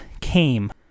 came